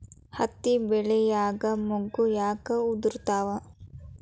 ಹತ್ತಿ ಬೆಳಿಯಾಗ ಮೊಗ್ಗು ಯಾಕ್ ಉದುರುತಾವ್?